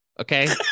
okay